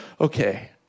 okay